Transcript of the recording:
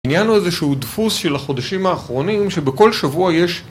נהיה לנו איזה שהוא דפוס של החודשים האחרונים, שבל שבוע יש...